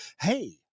Hey